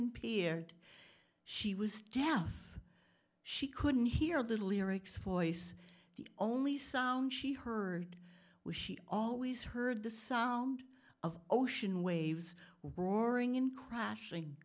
pierre she was deaf she couldn't hear the lyrics voice the only sound she heard was she always heard the sound of ocean waves roaring in crashing